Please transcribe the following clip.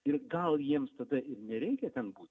ir gal jiems tada ir nereikia ten būt